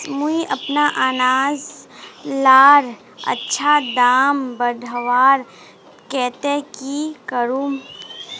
मुई अपना अनाज लार अच्छा दाम बढ़वार केते की करूम?